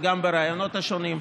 וגם בראיונות השונים,